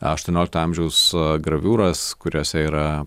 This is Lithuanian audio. aštuoniolikto amžiaus graviūras kuriose yra